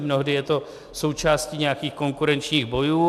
Mnohdy je to součástí nějakých konkurenčních bojů.